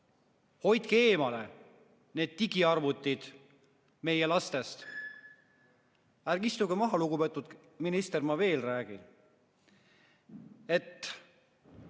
Hoidke eemale need digiarvutid meie lastest! Ärge istuge maha, lugupeetud minister, ma veel räägin!